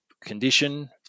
condition